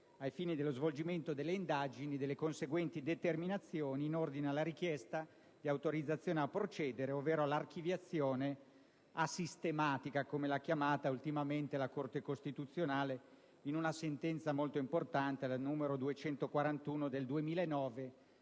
ai fini dello svolgimento delle indagini e delle conseguenti determinazioni in ordine alla richiesta di autorizzazione a procedere, ovvero all'archiviazione asistematica (come l'ha chiamata ultimamente la Corte costituzionale in una sentenza molto importante, la sentenza n. 241 del 2009